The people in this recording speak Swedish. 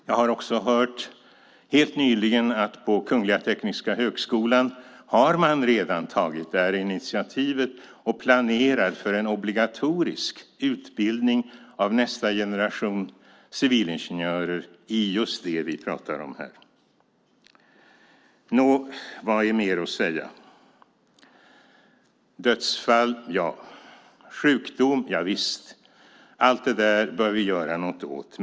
Jag har helt nyligen hört att man på Kungliga Tekniska högskolan redan har tagit det här initiativet och planerar för en obligatorisk utbildning av nästa generation civilingenjörer i just det som vi här pratar om. Vad är det mer att säga? Dödsfall och sjukdom - ja, allt det där bör vi göra något åt.